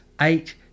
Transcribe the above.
eight